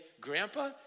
grandpa